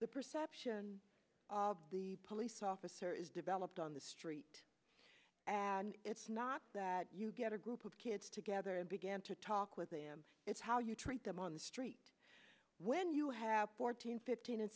the perception the police officer is developed on the street and it's not that you get a group of kids together and began to talk with them it's how you treat them on the street when you have fourteen fifteen and